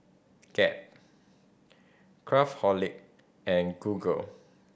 Gap Craftholic and Google